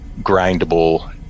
grindable